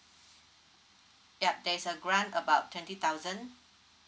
ya there is a grant about twenty thousand